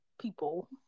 people